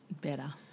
Better